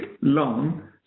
long